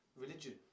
Religion